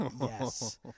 Yes